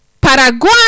Paraguay